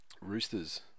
Roosters